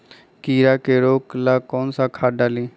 कीड़ा के रोक ला कौन सा खाद्य डाली?